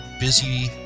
busy